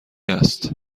است